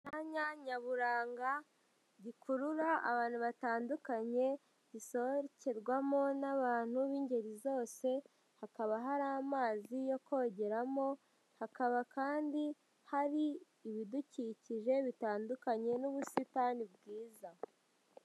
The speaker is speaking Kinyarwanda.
Umwanya nyaburanga rikurura abantu batandukanye, risohokerwamo n'abantu b'ingeri zose. Hakaba hari amazi yo kongeramo, hakaba kandi hari ibidukikije bitandukanye n'ubusitani bwiza.